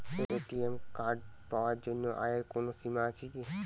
ATM card পাওয়ার জন্য আয়ের কোনো সীমা আছে কি?